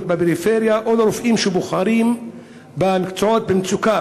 בפריפריה או לרופאים שבוחרים במקצועות במצוקה,